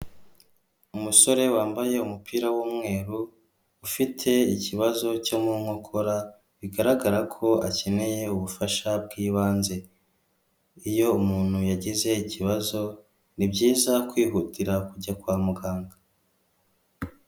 Umusore wambaye umupira w'umweru, ufite ikibazo cyo mu nkokora, bigaragara ko akeneye ubufasha bw'ibanze. Iyo umuntu yagize ikibazo, ni byiza kwihutira kujya kwa muganga.